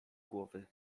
głowy